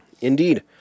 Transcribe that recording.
Indeed